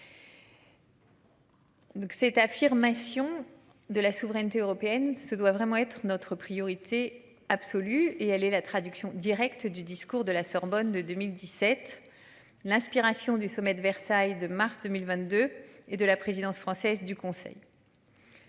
cette affirmation de la souveraineté européenne se doit vraiment être notre priorité absolue et elle est la traduction directe du discours de la Sorbonne de 2017. L'inspiration du sommet de Versailles de mars 2022 et de la présidence française du Conseil.